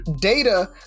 data